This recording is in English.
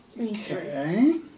Okay